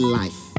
life